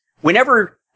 Whenever